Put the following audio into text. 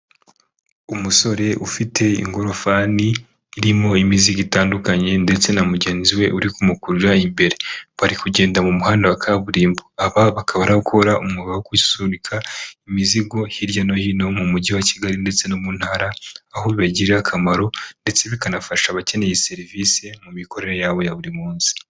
Umusore ufite ingorofani irimo imizigo itandukanye ndetse na mugenzi we uri kumukurura imbere bari kugenda mu muhanda wa kaburimbo, aba bakaba ar'abakora umwuga wo kwisuka imizigo hirya no hino mu mujyi wa kigali ndetse no mu ntara aho bibagirira akamaro ndetse bikanafasha abakeneye serivisi mu mikorere yabo ya buri munsi.